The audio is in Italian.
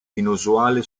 inusuale